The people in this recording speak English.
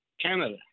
Canada